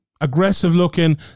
aggressive-looking